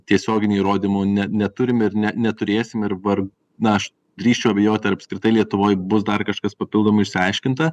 tiesioginių įrodymų ne neturim ir ne neturėsim ir var na aš drįsčiau abejoti ar apskritai lietuvoj bus dar kažkas papildomai išsiaiškinta